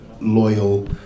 loyal